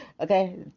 Okay